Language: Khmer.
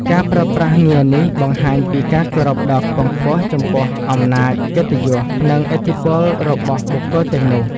ការប្រើប្រាស់ងារនេះបង្ហាញពីការគោរពដ៏ខ្ពង់ខ្ពស់ចំពោះអំណាច កិត្តិយស និងឥទ្ធិពលរបស់បុគ្គលទាំងនោះ។